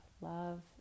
love